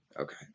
Okay